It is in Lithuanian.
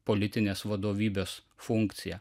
politinės vadovybės funkciją